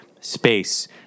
space